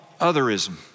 otherism